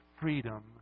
freedom